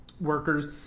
workers